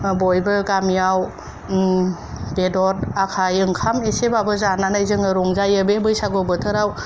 बयबो गामिआव बेदर आखाइ ओंखाम इसेबाबो जानानै जोङो रंजायो बे बैसागु बोथोराव